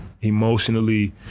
Emotionally